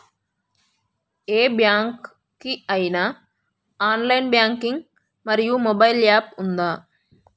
ఏ bank కి ఐనా online banking మరియు మొబైల్ యాప్ ఉందా?